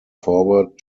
forward